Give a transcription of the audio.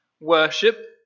Worship